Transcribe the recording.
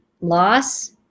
loss